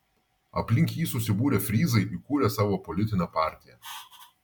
aplink jį susibūrę fryzai įkūrė savo politinę partiją